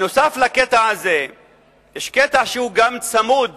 נוסף על הקטע הזה יש קטע שגם הוא צמוד